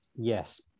yes